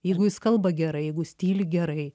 jeigu jis kalba gerai jeigu jis tyli gerai